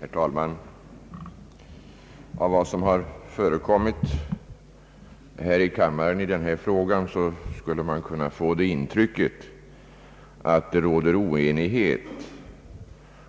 Herr talman! Av vad som har förekommit här i kammaren i denna fråga skulle man kunna få det intrycket att det råder oenighet